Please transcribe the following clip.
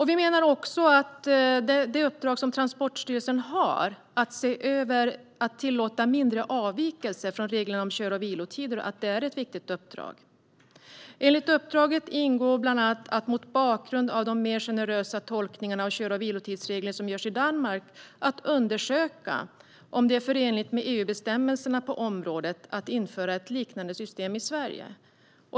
Vi menar också att det uppdrag som Transportstyrelsen har - att se över huruvida mindre avvikelser från reglerna om kör och vilotider kan tillåtas - är ett viktigt uppdrag. I uppdraget ingår bland annat att mot bakgrund av de mer generösa tolkningar av kör och vilotidsreglerna som görs i Danmark undersöka om det är förenligt med EU-bestämmelserna på området att införa ett liknande system i Sverige.